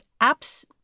apps